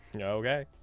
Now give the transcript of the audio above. Okay